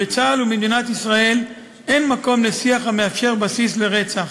בצה"ל ובמדינת ישראל אין מקום לשיח המאפשר בסיס לרצח.